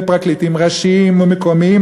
לפרקליטים ראשיים ומקומיים,